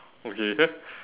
okay